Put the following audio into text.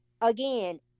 Again